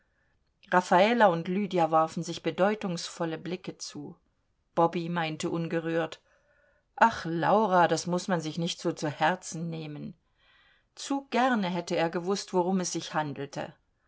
raffala und lydia warfen sich bedeutungsvolle blicke zu bobby meinte ungerührt ach laura das muß man sich nicht so zu herzen nehmen zu gerne hätte er gewußt worum es sich handelte